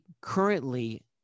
currently